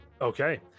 Okay